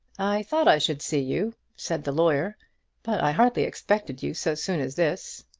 i thought i should see you, said the lawyer but i hardly expected you so soon as this.